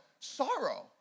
sorrow